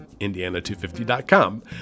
indiana250.com